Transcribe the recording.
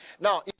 Now